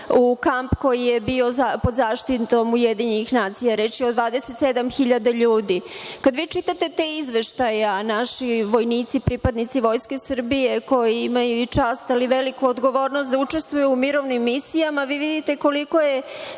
u kamp koji je bio pod zaštitom UN. Reč je od 27 hiljada ljudi. Kad vi čitate te izveštaje, a naši vojnici pripadnici Vojske Srbije koji imaju čast, ali i veliku odgovornost da učestvuju u mirovnim misijama vidite koliko je